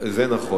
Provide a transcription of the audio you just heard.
זה נכון,